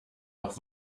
auch